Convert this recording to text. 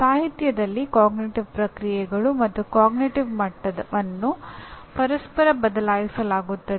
ಸಾಹಿತ್ಯದಲ್ಲಿ ಅರಿವಿನ ಪ್ರಕ್ರಿಯೆಗಳು ಮತ್ತು ಅರಿವಿನ ಹಂತವನ್ನು ಪರಸ್ಪರ ಬದಲಾಯಿಸಲಾಗುತ್ತದೆ